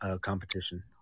competition